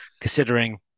considering